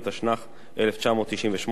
התשנ"ח 1998,